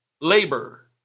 labor